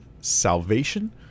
salvation